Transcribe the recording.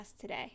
today